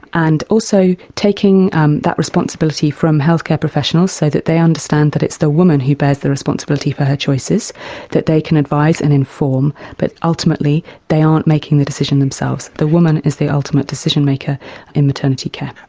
and also taking um that responsibility from healthcare professionals so that they understand that it's the woman who bears the responsibility for her choices that they can advise and inform, but ultimately they aren't making the decision themselves, the woman is the ultimate decision-maker in maternity care.